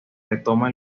retoma